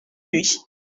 lui